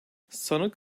sanık